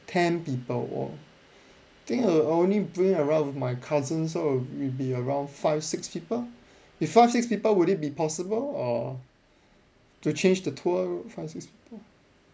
ten people !whoa! I think I'll I'll only bring around with my cousins so we'll be around five six people if five six people would it be possible or to change the tour with five six people